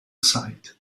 site